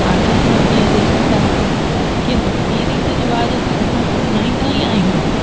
हाणे असां जीअं ॾिसूं था की सिंधी रीती रिवाज त असां अपनाईंदा ई आहियूं